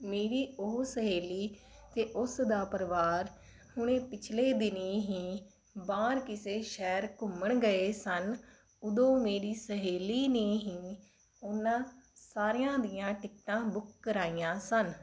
ਮੇਰੀ ਉਹ ਸਹੇਲੀ ਅਤੇ ਉਸ ਦਾ ਪਰਿਵਾਰ ਹੁਣੇ ਪਿਛਲੇ ਦਿਨੀਂ ਹੀ ਬਾਹਰ ਕਿਸੇ ਸ਼ਹਿਰ ਘੁੰਮਣ ਗਏ ਸਨ ਉਦੋਂ ਮੇਰੀ ਸਹੇਲੀ ਨੇ ਹੀ ਇਹਨਾਂ ਸਾਰੀਆਂ ਦੀਆਂ ਟਿਕਟਾਂ ਬੁੱਕ ਕਰਾਈਆਂ ਸਨ